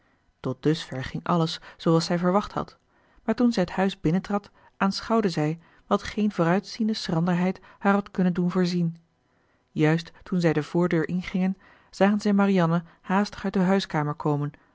tot dusver ging alles zooals zij verwacht had maar toen zij het huis binnentrad aanschouwde zij wat geen vooruitziende schranderheid haar had kunnen doen voorzien juist toen zij de voordeur ingingen zagen zij marianne haastig uit de huiskamer komen